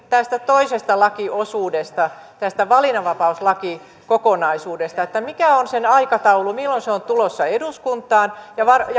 tästä toisesta lakiosuudesta tästä valinnanvapauslakikokonaisuudesta mikä on sen aikataulu milloin se on tulossa eduskuntaan